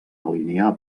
alinear